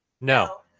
No